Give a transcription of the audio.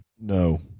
No